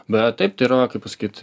bet taip tai yra kaip pasakyt